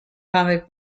comic